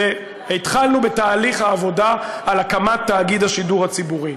והתחלנו בתהליך העבודה על הקמת תאגיד השידור הציבורי.